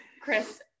Chris